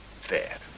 fair